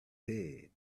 head